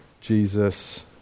Jesus